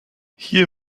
hier